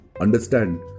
understand